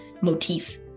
motif